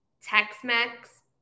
Tex-Mex